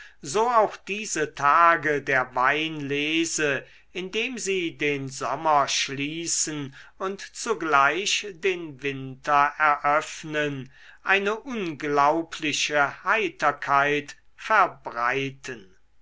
so auch diese tage der weinlese indem sie den sommer schließen und zugleich den winter eröffnen eine unglaubliche heiterkeit verbreiten